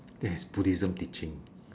that is buddhism teaching